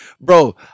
bro